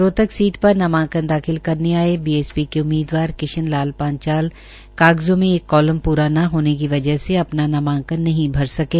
Rohtak seat पर नामांकन दाखिल करने आये बीएसपी के उम्मीदवार किशन लाल पांचाल कागज़ौ में एक कॉलम प्रा न होने की वजह से अपना नामांकन नहीं भर सकें